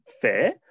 fair